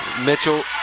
Mitchell